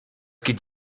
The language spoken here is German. geht